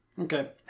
okay